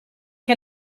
che